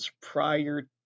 prior